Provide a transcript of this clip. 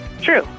True